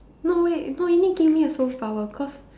no wait no you need give me a superpower cause